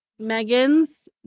Megan's